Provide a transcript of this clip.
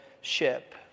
ship